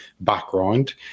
background